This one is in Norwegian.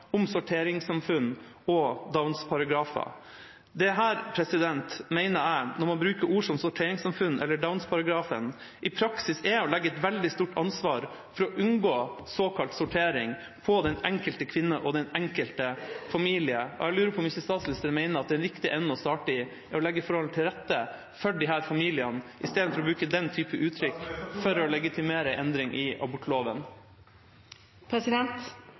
jeg – når man bruker ord som «sorteringssamfunn» eller «downs-paragrafen» – i praksis er å legge et veldig stort ansvar for å unngå såkalt sortering på den enkelte kvinne og den enkelte familie. Jeg lurer på om ikke statsministeren mener at den riktige enden å starte i er å legge forholdene til rette for disse familiene, i stedet for å bruke den typen uttrykk for å legitimere en endring i abortloven.